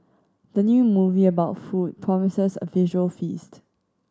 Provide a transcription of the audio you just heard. the new movie about food promises a visual feast